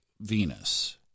Venus